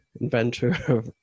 inventor